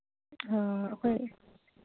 ꯑ ꯑꯩꯈꯣꯏ